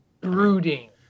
brooding